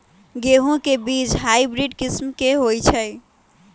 गेंहू के बीज हाइब्रिड किस्म के होई छई?